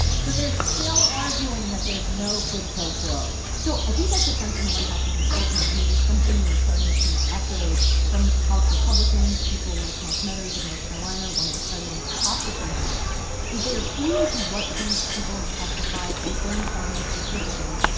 so they're still arguing that there's no quid pro quo so i think that defense from the white house is important. and it is something we are starting to see echoed from house republicans people like mark meadows of north carolina, one of the president's top defenders is they are pointing to what these people have testified, volker and sondland specifically,